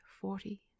forty